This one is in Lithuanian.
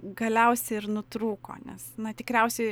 galiausia ir nutrūko nes na tikriausiai